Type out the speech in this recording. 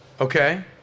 Okay